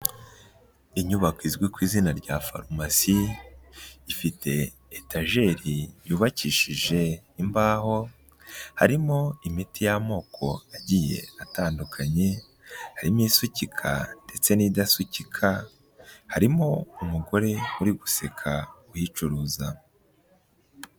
Inyubako izwi ku izina rya farumasi, ifite etageri yubakishije imbaho, harimo imiti y'amoko agiye atandukanye, harimo isukika ndetse n'idasukika, harimo umugore uri guseka uyicuruza.